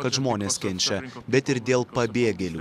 kad žmonės kenčia bet ir dėl pabėgėlių